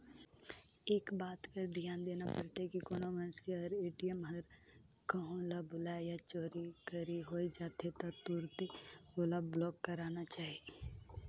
एक बात कर धियान देना परथे की कोनो मइनसे हर ए.टी.एम हर कहों ल भूलाए या चोरी घरी होए जाथे त तुरते ओला ब्लॉक कराना चाही